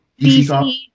DC